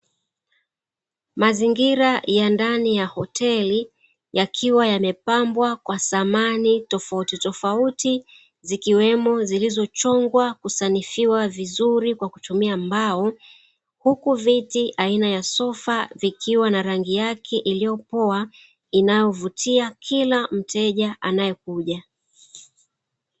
Mazingira ya ndani ya hoteli yakiwa yamepambwa kwa samani tofautitofauti, zikiwemo zilizochongwa kusanifiwa vizuri kwa kutumia mbao, huku viti aina ya sofa vikiwa na rangi yake iliyopoa, inayovutia kila mteja anayekuja.